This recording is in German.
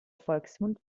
volksmund